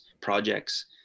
projects